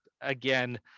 again